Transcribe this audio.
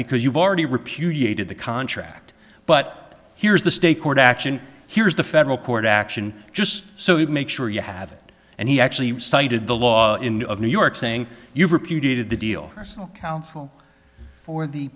because you've already repudiated the contract but here's the state court action here's the federal court action just so you make sure you have it and he actually cited the law in new york saying you've repeated the deal counsel for the